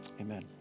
Amen